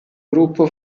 gruppo